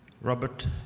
Robert